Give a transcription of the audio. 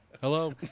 Hello